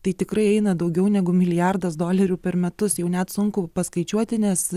tai tikrai įeina daugiau negu milijardas dolerių per metus jau net sunku paskaičiuoti nes